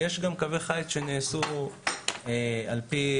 יש גם קווי חיץ שנעשו ברשויות מסוימות על פי